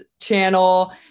channel